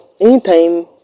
anytime